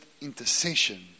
intercession